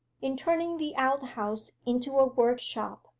in turning the outhouse into a workshop,